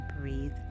breathe